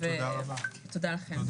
תודה לכם.